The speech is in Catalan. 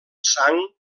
sang